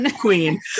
queen